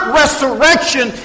resurrection